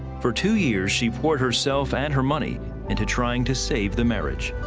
for two years, she poured herself and her money into trying to save the marriage.